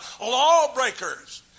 lawbreakers